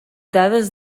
dades